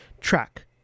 track